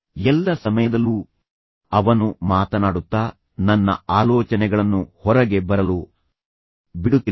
ಎಲ್ಲ ಸಮಯದಲ್ಲೂ ಅವನು ಮಾತನಾಡುತ್ತಾ ನನ್ನ ಆಲೋಚನೆಗಳನ್ನು ಹೊರಗೆ ಬರಲು ಬಿಡುತ್ತಿಲ್ಲ ಅವನು ತನ್ನದೇ ಆದ ಆಲೋಚನೆಗಳ ಮೇಲೆ ಸ್ಫೋಟಿಸುತ್ತಾನೆ